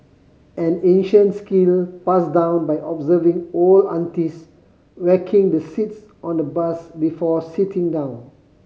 an ancient skill passed down by observing old aunties whacking the seats on the bus before sitting down